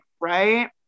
right